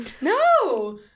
No